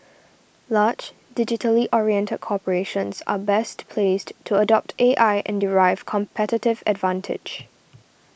large digitally oriented corporations are best placed to adopt A I and derive competitive advantage